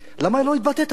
למה לא התבטאת על זה?